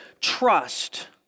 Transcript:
Trust